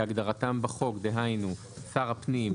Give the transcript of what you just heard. כהגדרתם בחוק - דהיינו: שר הפנים,